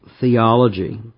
Theology